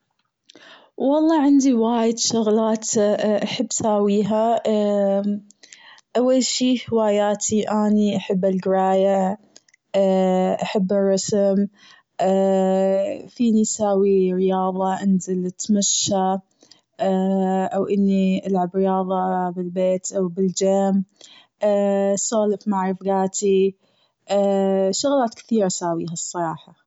والله عندي وايد شغلات أحب اساويها أول شيء هواياتي اني أحب القراية أحب الرسم فيني سوي رياضة انزل اتمشى او اني العب رياضة أو بالجيم، سولف مع رفقاتي، شغلات كثير اساويها الصراحة.